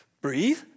breathe